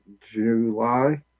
July